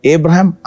Abraham